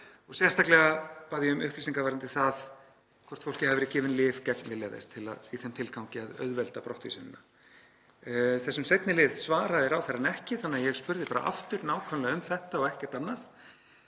og sérstaklega bað ég um upplýsingar varðandi það hvort fólki hafi verið gefin lyf gegn vilja þess í þeim tilgangi að auðvelda brottvísun. Þessum seinni lið svaraði ráðherrann ekki þannig að ég spurði bara aftur nákvæmlega um þetta og ekkert annað